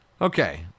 Okay